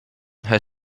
her